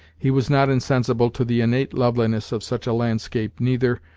he was not insensible to the innate loveliness of such a landscape neither,